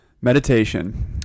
meditation